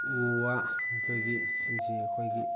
ꯎ ꯋꯥ ꯑꯩꯈꯣꯏꯒꯤ ꯁꯤꯡꯁꯤ ꯑꯩꯈꯣꯏꯒꯤ